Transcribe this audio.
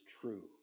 true